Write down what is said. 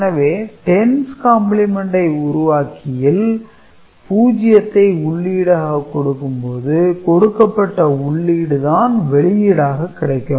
எனவே 10's complement உருவாக்கியில் 0 ஐ உள்ளீடாக கொடுக்கும் போது கொடுக்கப்பட்ட உள்ளீடு தான் வெளியீடாக கிடைக்கும்